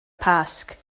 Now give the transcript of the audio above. pasg